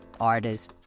artists